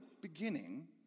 beginning